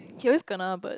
he always kena but